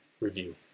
review